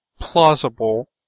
plausible